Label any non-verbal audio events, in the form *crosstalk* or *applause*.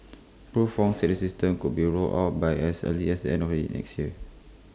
Prof Wong said the system could be rolled out by as early as end *unintelligible* next year